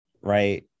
right